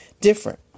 different